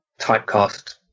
typecast